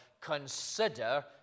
Consider